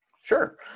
Sure